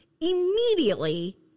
Immediately